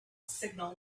signal